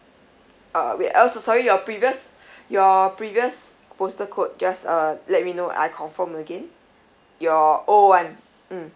uh wait uh s~ sorry your previous your previous postal code just uh let me know I confirm again your old one mm